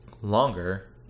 longer